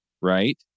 right